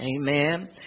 amen